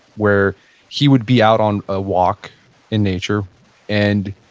where he would be out on a walk in nature and,